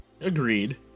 agreed